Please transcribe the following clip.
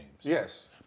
Yes